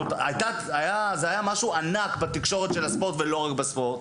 זה היה משהו ענק בתקשורת הספורט, ולא רק בספורט.